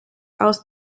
aus